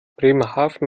bremerhaven